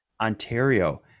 Ontario